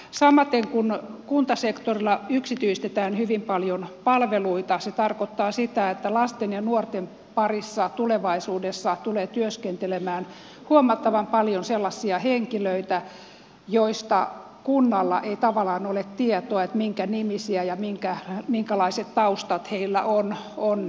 samaten kun kuntasektorilla yksityistetään hyvin paljon palveluita se tarkoittaa sitä että lasten ja nuorten parissa tulevaisuudessa tulee työskentelemään huomattavan paljon sellaisia henkilöitä joista kunnalla ei tavallaan ole tietoa minkä nimisiä he ovat ja minkälaiset taustat heillä on